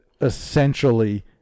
essentially